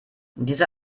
diese